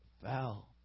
fell